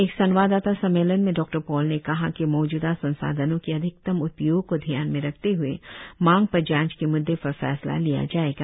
एक संवाददाता सम्मेलन में डॉक्टर पॉल ने कहा कि मौजूदा संसाधनों के अधिकतम उपयोग को ध्यान में रखते हए मांग पर जांच के म्द्दे पर फैसला लिया जाएगा